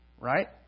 Right